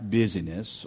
busyness